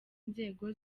nzego